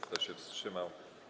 Kto się wstrzymał?